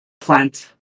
plant